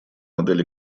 модель